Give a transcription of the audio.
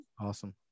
awesome